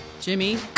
Jimmy